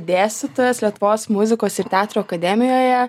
dėstytojas lietuvos muzikos ir teatro akademijoje